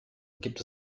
gibt